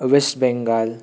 West Bengal